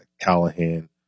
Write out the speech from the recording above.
Callahan